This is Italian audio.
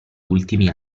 ultimi